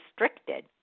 restricted